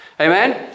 Amen